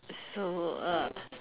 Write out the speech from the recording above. so uh